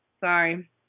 sorry